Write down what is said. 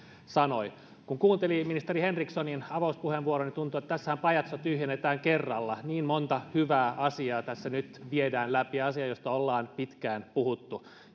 sanoi kun kuunteli ministeri henrikssonin avauspuheenvuoroa niin tuntui että tässähän pajatso tyhjennetään kerralla niin monta hyvää asiaa tässä nyt viedään läpi tämä on asia josta ollaan pitkään puhuttu